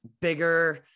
bigger